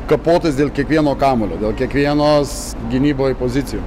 kapotis dėl kiekvieno kamuolio dėl kiekvienos gynyboj pozicijų